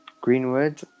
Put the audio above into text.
Greenwood